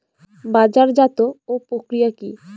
বাজারজাতও প্রক্রিয়া কি?